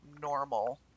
normal